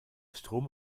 strom